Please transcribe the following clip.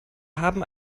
haben